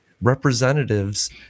representatives